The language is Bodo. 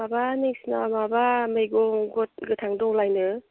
माबा नोंसिनाव माबा मैगं गोथां दंलायनो